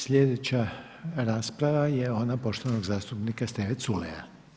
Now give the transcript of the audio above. Slijedeća rasprava je ona poštovanog zastupnika Steve Culeja.